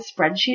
spreadsheet